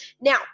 now